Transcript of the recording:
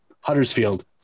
huddersfield